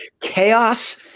chaos